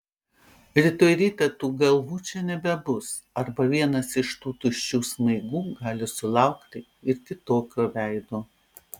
rytoj rytą tų galvų čia nebebus arba vienas iš tų tuščių smaigų gali sulaukti ir kitokio veido